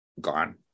Gone